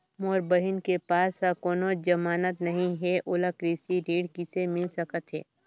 मोर बहिन के पास ह कोनो जमानत नहीं हे, ओला कृषि ऋण किसे मिल सकत हे?